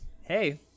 Hey